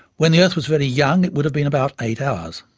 when the earth was very young it would have been about eight hours.